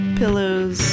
pillows